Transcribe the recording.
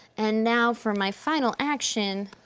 and now for my final action.